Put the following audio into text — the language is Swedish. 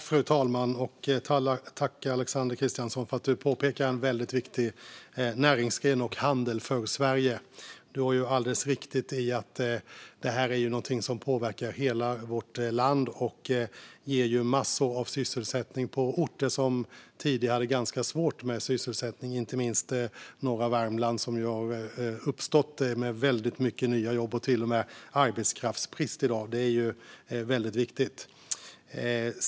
Fru talman! Tack, Alexander Christiansson, för att du påpekar en väldigt viktig näringsgren för handeln och för Sverige! Du har alldeles rätt i att det här är någonting som påverkar hela vårt land. Det ger massor av sysselsättning på orter som tidigare hade det ganska svårt med sysselsättning. Det gäller inte minst norra Värmland, där det nu har uppstått många nya jobb och där det till och med är arbetskraftsbrist i dag. Detta är väldigt viktigt.